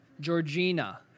Georgina